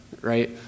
right